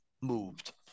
moved